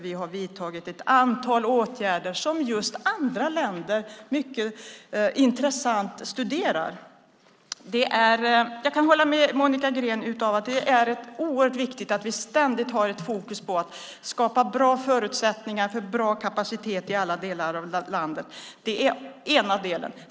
Vi har vidtagit ett antal åtgärder som andra länder mycket intresserat studerar. Jag kan hålla med Monica Green om att det är oerhört viktigt att vi ständigt har fokus på att skapa bra förutsättningar för bra kapacitet i alla delar av landet. Det är den ena delen.